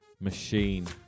Machine